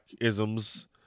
isms